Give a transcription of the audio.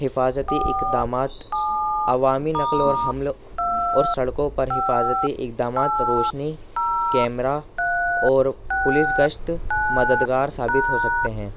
حفاظتی اقدامات عوامی نقل اور حمل اور سڑکوں پر حفاظتی اقدامات روشنی کیمرا اور پولس گشت مددگار ثابت ہو سکتے ہیں